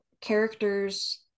characters